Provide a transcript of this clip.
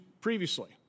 previously